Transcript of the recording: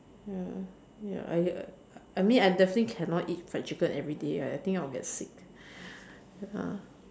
ya ya I I mean I definitely cannot eat fried chicken everyday I think I will get sick